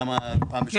למה פעם בשנה?